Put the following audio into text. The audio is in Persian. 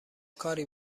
کاری